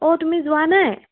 অ' তুমি যোৱা নাই